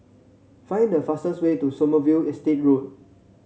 find the fastest way to Sommerville Estate Road